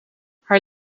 haar